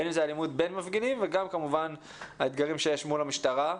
בין אם זה אלימות בין מפגינים וגם כמובן האתגרים שיש מול המשטרה.